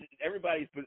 everybody's